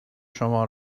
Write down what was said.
شما